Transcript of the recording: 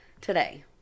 today